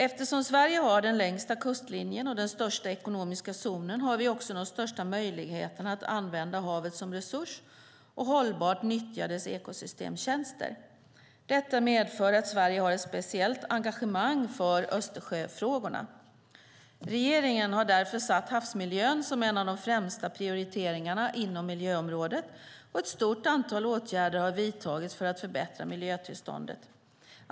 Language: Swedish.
Eftersom Sverige har den längsta kustlinjen och den största ekonomiska zonen har vi också de största möjligheterna att använda havet som resurs och hållbart nyttja dess ekosystemtjänster. Detta medför att Sverige har ett speciellt engagemang för Östersjöfrågorna. Regeringen har därför satt havsmiljön som en av de främsta prioriteringarna inom miljöområdet, och ett stort antal åtgärder har vidtagits för att förbättra miljötillståndet.